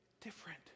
different